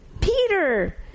Peter